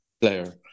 player